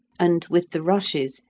and, with the rushes,